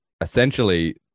essentially